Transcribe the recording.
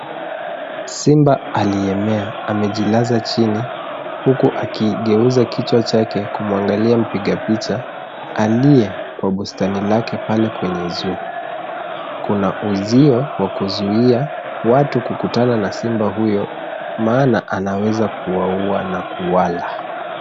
Simba aliyemea amejilaza chini huku akiigeuza kichwa chake kumwangalia mpiga picha aliye wa bustani lake pale kwenye zoo, kuna uzio wa kuzuia watu kukutana na simba huyo maana anaweza kuwaua na kuwala.